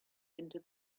into